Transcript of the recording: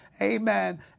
amen